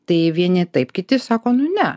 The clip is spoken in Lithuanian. tai vieni taip kiti sako nu ne